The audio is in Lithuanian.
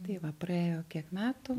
tai va praėjo kiek metų